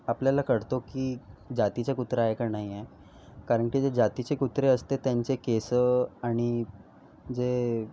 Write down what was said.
आपल्याला कळते की जातीचा कुत्रा आहे का नाही आहे कारण की जी जातीची कुत्रे असते त्यांची केसं आणि जे